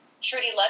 Trudy